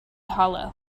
hollow